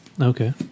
Okay